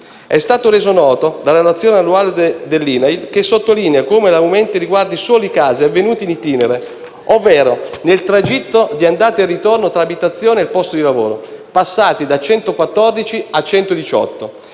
è stato reso noto dalla relazione annuale dall'INAIL, che sottolinea come l'aumento riguardi solo i casi avvenuti *in itinere*, ovvero nel tragitto di andata e ritorno tra l'abitazione e il posto di lavoro (passati da 104 a 118),